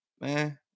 man